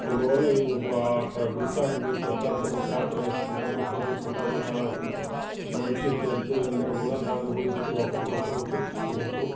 అందువల్ల అక్కడ గుడికాడ పోయి ప్రశాంతంగా పేపరు వేసుకుంటారు చదువుకుంటారు దాన్లో కొంచం మంచి చెడ్లు ఉన్నా కూడా దాని గురించి ఒకరినొకరు చర్చించుకుంటు